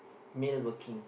male working